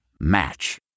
Match